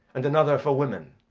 and another for women?